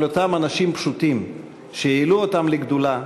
אותם אנשים פשוטים שהעלו אותם לגדולה,